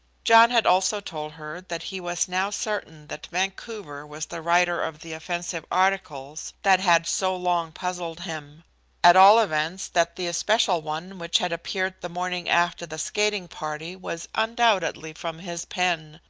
john had also told her that he was now certain that vancouver was the writer of the offensive articles that had so long puzzled him at all events that the especial one which had appeared the morning after the skating-party was undoubtedly from his pen.